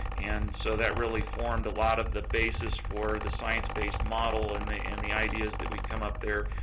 and so that really formed a lot of the basis for the sciencebase model and the and the ideas that we come up there,